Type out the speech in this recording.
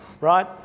right